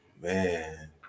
man